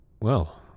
Well